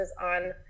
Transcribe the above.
on